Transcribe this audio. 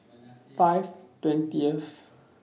five twentieth